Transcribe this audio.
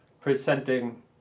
presenting